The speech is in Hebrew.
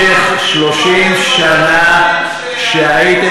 במשך 30 שנה שהייתם,